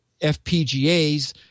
FPGAs